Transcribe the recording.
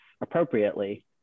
appropriately